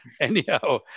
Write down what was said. anyhow